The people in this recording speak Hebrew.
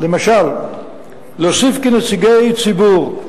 למשל להוסיף כנציגי ציבור,